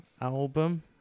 album